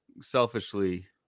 selfishly